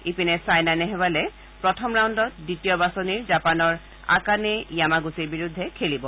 ইপিনে ছাইনা নেহৱালে প্ৰথম ৰাউণ্ডত দ্বিতীয় বাছনিৰ জাপানৰ আকানে য়ামাণ্ডচিৰ বিৰুদ্ধে খেলিব